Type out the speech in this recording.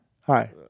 hi